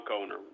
owner